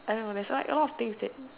I don't know that's why a lot of things that